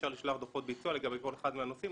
אפשר לשלוח דוחות ביצוע לגבי כל אחד מהנושאים.